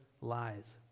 lies